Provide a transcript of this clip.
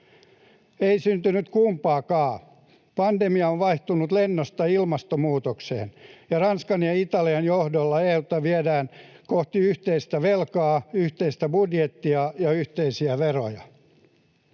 Ei syntynyt kumpaakaan. Pandemia on vaihtunut lennosta ilmastonmuutokseen, ja Ranskan ja Italian johdolla EU:ta viedään kohti yhteistä velkaa, yhteistä budjettia ja yhteisiä veroja.